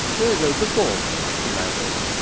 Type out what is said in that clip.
there goes the foreman up the ladders.